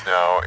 Now